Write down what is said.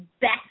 best